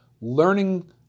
Learning